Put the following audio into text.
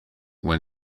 when